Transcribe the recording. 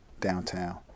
downtown